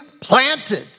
planted